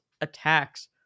attacks